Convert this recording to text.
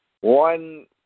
One